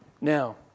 Now